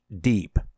deep